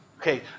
Okay